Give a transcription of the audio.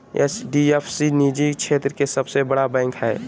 HDF सी निजी क्षेत्र के सबसे बड़ा बैंक हय